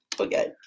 Okay